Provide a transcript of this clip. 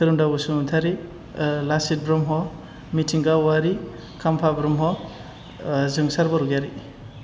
खोरोमदाव बसुमतारि लासित ब्रह्म मिथिंगा अवारि खाम्फा ब्रह्म जोंसार बरग'यारि